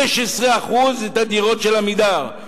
15% את הדירות של "עמידר".